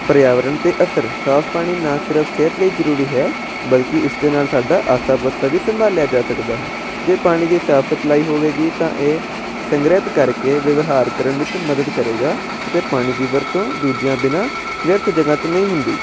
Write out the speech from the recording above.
ਪਰਿਆਵਰਨ 'ਤੇ ਅਸਰ ਸਾਫ਼ ਪਾਣੀ ਨਾ ਸਿਰਫ਼ ਸਿਹਤ ਲਈ ਜ਼ਰੂਰੀ ਹੈ ਬਲਕਿ ਇਸ ਦੇ ਨਾਲ ਸਾਡਾ ਆਸਾ ਪਾਸਾ ਵੀ ਸੰਭਾਲਿਆ ਜਾ ਸਕਦਾ ਹੈ ਜੇ ਪਾਣੀ ਦੀ ਸਾਫ਼ ਸਪਲਾਈ ਹੋਵੇਗੀ ਤਾਂ ਇਹ ਸੰਗਰਹਿਤ ਕਰਕੇ ਵਿਵਹਾਰ ਕਰਨ ਵਿੱਚ ਮਦਦ ਕਰੇਗਾ ਅਤੇ ਪਾਣੀ ਦੀ ਵਰਤੋਂ ਦੂਜਿਆਂ ਬਿਨਾਂ ਬੇਅਰਥ ਜਗ੍ਹਾ 'ਤੇ ਨਹੀਂ ਹੁੰਦੀ